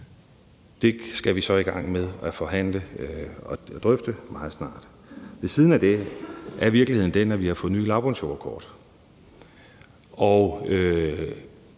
Det skal vi så i gang med at forhandle og drøfte meget snart. Ved siden af det er virkeligheden den, at vi har fået nye lavbundsjordkort,